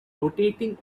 rotating